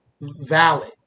valid